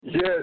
Yes